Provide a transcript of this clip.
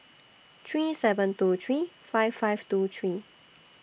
three seven two three five five two three